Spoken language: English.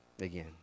again